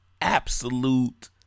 absolute